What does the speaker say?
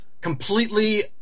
completely